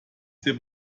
sehr